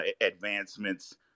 advancements